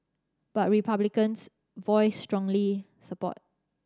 but Republicans voiced strongly support